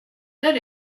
där